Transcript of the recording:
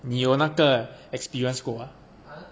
你有那个 experience 够啊